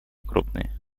крупные